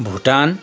Bhutan